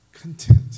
Content